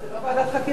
אבל זה לא ועדת חקירה.